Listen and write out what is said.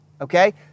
Okay